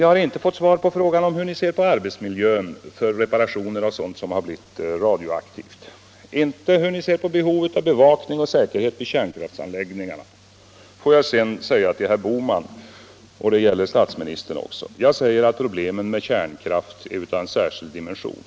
Jag har inte fått svar på hur ni ser på frågan om arbetsmiljön när det gäller reparationer av sådant som har blivit radioaktivt, inte på hur ni ser på behovet av bevakning och säkerhet vid kärnkraftsanläggning Får jag sedan säga till herr Bohman, och det gäller statsministern också: Jag anser att problemen med kärnkraften är av en särskild dimension.